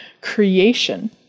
creation